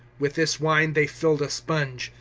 with this wine they filled a sponge,